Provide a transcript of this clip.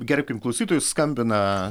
gerbkim klausytojus skambina